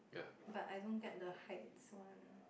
but I don't get the heights one